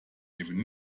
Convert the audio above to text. eben